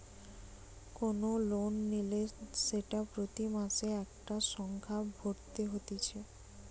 কোন লোন নিলে সেটা প্রতি মাসে একটা সংখ্যা ভরতে হতিছে